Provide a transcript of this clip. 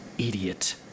Idiot